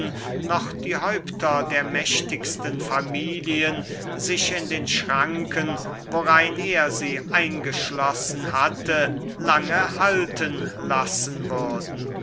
noch die häupter der mächtigsten familien sich in den schranken worein er sie eingeschlossen hatte lange halten lassen würden